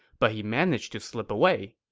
but he managed to slip away.